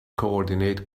coordinate